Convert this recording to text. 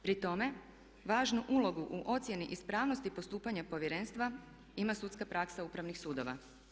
Pri tome, važnu ulogu u ocjeni ispravnosti postupanja Povjerenstva ima sudska praksa Upravnih sudova.